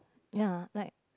ya like